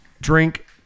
drink